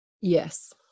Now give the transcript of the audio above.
Yes